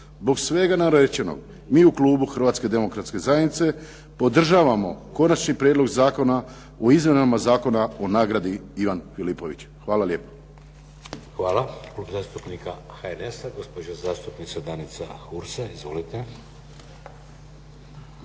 Zbog svega narečenog mi u klubu Hrvatske demokratske zajednice podržavamo Konačni prijedlog zakona o izmjenama Zakona o nagradi Ivan Filipović. Hvala lijepo. **Šeks, Vladimir (HDZ)** Hvala. Klub zastupnika HNS-a, gospođa zastupnica Danica Hursa. Izvolite.